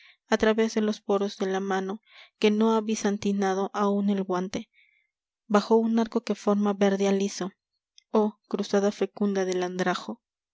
a través de los poros de la mano que no ha bizantinado aún el guante bajo un arco que forma verde aliso i h cruzada fecunda del andrajo